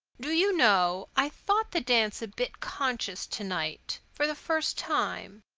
do you know, i thought the dance a bit conscious to-night, for the first time.